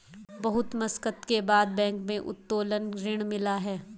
बहुत मशक्कत के बाद बैंक से उत्तोलन ऋण मिला है